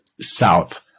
south